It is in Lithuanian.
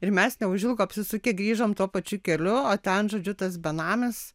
ir mes neužilgo apsisukę grįžom tuo pačiu keliu o ten žodžiu tas benamis